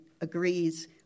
agrees